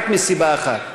רק מסיבה אחת: